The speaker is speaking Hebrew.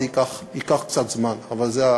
זה ייקח קצת זמן, אבל זה הכיוון.